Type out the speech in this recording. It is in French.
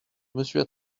monsieur